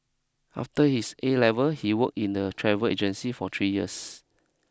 after his A level he work in a travel agency for three years